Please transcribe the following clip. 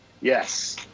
Yes